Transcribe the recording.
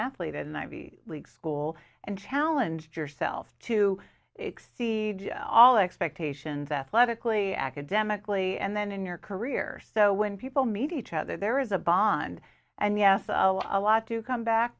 athlete and ivy league school and challenge yourself to exceed all expectations athletically academically and then in your career so when people meet each other there is a bond and yes a lot to come back